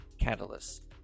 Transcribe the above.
catalyst